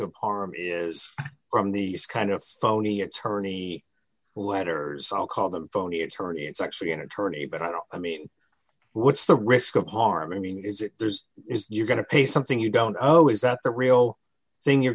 of harm is from the kind of phony attorney who enters i'll call them phony it's very it's actually an attorney but i don't i mean what's the risk of harm i mean is it there's you're going to pay something you don't owe is that the real thing you're